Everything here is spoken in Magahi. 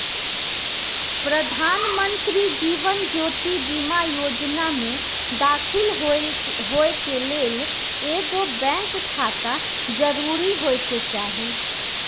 प्रधानमंत्री जीवन ज्योति बीमा जोजना में दाखिल होय के लेल एगो बैंक खाता जरूरी होय के चाही